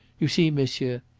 you see, monsieur,